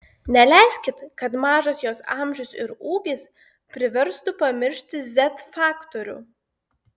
neleiskit kad mažas jos amžius ir ūgis priverstų pamiršti z faktorių